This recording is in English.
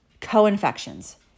co-infections